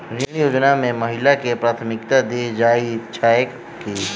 ऋण योजना मे महिलाकेँ प्राथमिकता देल जाइत छैक की?